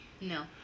No